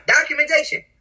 documentation